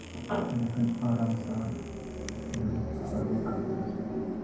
أسۍ چھِ نہٕ ہٮ۪کان آرام سان جُڈتھ أربن کَلچرَس سۭتۍ کیٚنٛہہ